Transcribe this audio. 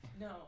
No